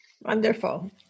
Wonderful